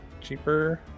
cheaper